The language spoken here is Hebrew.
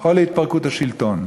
או להתפרקות השלטון.